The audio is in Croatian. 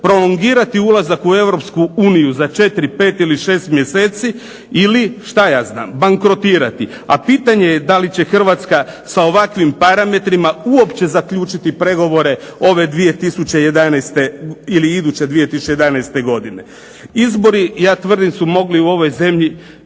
prolongirati ulazak u Europsku uniju za 4, 5 ili 6 mjeseci ili što ja znam bankrotirati? A pitanje je da li će Hrvatska sa ovakvim parametrima uopće zaključiti pregovore ove 2011. ili iduće 2012. godine. Izbori, ja tvrdim mogli su u ovoj zemlji